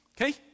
Okay